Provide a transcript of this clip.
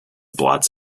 blots